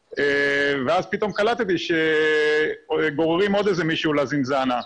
ואז פתאום קלטתי שגוררים עוד מישהו לזינזאנה.